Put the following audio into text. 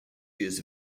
years